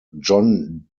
john